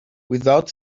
without